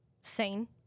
sane